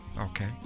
okay